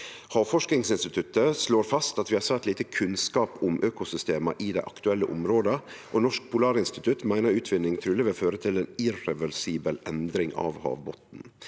Havforskningsinstituttet slår fast at vi har svært lite kunnskap om økosystemene i de aktuelle områdene, og Norsk Polarinstitutt mener utvinning trolig vil føre til en irreversibel endring av havbunnen.